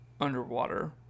underwater